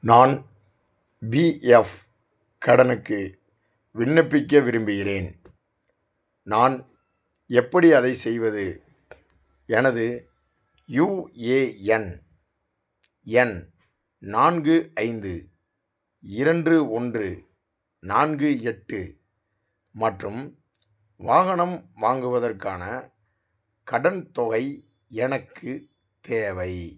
நான் பிஎஃப் கடனுக்கு விண்ணப்பிக்க விரும்புகிறேன் நான் எப்படி அதை செய்வது எனது யுஏஎன் எண் நான்கு ஐந்து இரண்டு ஒன்று நான்கு எட்டு மற்றும் வாகனம் வாங்குவதற்கான கடன் தொகை எனக்கு தேவை